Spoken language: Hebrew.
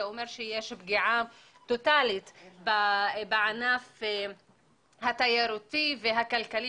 זה אומר שיש פגיעה טוטאלית בענף התיירותי והכלכלי